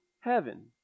heaven